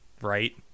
right